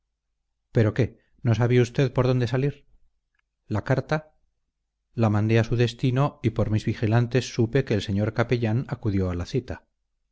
pero qué no sabe usted por dónde salir la carta la mandé a su destino y por mis vigilantes supe que el señor capellán acudió a la cita